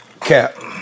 Cap